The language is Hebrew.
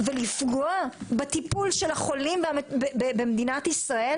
ולפגוע בטיפול של החולים במדינת ישראל